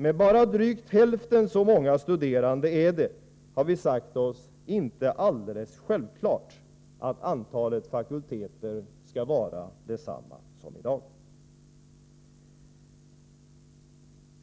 Med bara drygt hälften så många studerande är det — har vi sagt oss — inte alldeles självklart att antalet fakulteter skall vara detsamma som i dag.